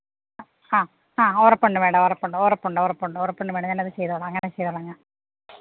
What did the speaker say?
ആ ആ ഉറപ്പുണ്ട് മാഡം ഉറപ്പുണ്ട് ഉറപ്പുണ്ട് ഉറപ്പുണ്ട് ഉറപ്പുണ്ട് ഞാനത് ചെയ്തോളം അങ്ങനെ ചെയ്തോളാം ഞാൻ